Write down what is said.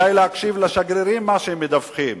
כדאי להקשיב לשגרירים ולמה שהם מדווחים,